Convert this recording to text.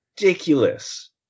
Ridiculous